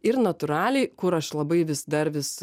ir natūraliai kur aš labai vis dar vis